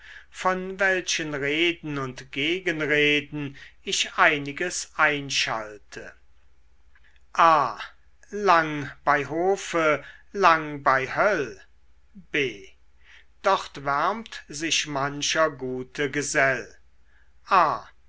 von welchen reden und gegenreden ich einiges einschalte a lang bei hofe lang bei höll b dort wärmt sich mancher gute gesell